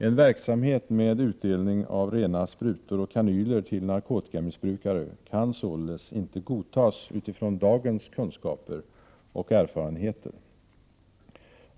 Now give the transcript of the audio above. En verksamhet med utdelning av rena sprutor och kanyler till narkotikamissbrukare kan således inte godtas utifrån dagens kunskaper och erfarenheter.